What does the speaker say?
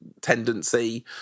tendency